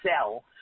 sell